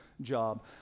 job